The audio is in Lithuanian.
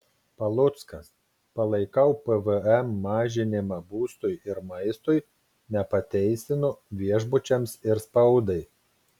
paluckas palaikau pvm mažinimą būstui ir maistui nepateisinu viešbučiams ir spaudai